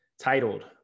titled